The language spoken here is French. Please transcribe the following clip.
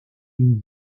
une